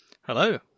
Hello